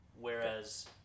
whereas